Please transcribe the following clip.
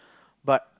but